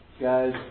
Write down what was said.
guys